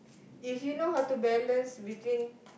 if you know how to balance between